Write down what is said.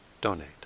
donate